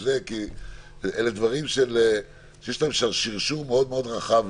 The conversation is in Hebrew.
כי אלה דברים שיש להם שרשור רחב